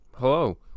Hello